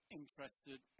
interested